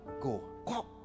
go